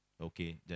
Okay